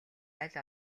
аль